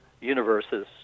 universes